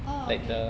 orh okay